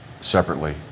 separately